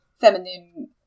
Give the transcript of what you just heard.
feminine